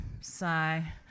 sigh